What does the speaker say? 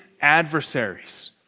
adversaries